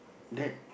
that